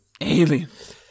Aliens